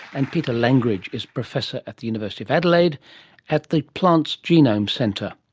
and peter langridge is professor at the university of adelaide at the plants genome centre.